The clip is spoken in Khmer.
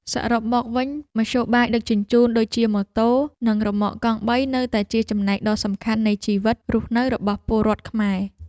សរុបមកវិញមធ្យោបាយដឹកជញ្ជូនដូចជាម៉ូតូនិងរ៉ឺម៉កកង់បីនៅតែជាចំណែកដ៏សំខាន់នៃជីវិតរស់នៅរបស់ពលរដ្ឋខ្មែរ។